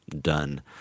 done